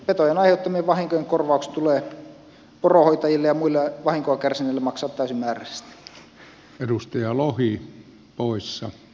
petojen aiheuttamien vahinkojen korvaukset tulee poronhoitajille ja muille vahinkoa kärsineille maksaa täysimääräisesti